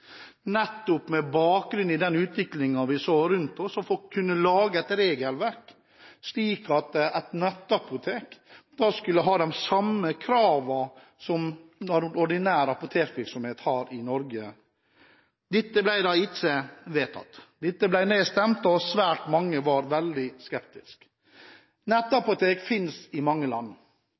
nettopp med bakgrunn i den utviklingen vi så rundt oss, at man kunne lage et regelverk slik at et nettapotek skulle ha de samme kravene som den ordinære apotekvirksomheten har i Norge. Dette ble da ikke vedtatt, dette ble nedstemt, og svært mange var veldig skeptiske. Nettapotek finnes i mange land,